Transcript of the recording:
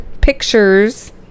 pictures